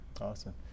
Awesome